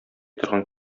торган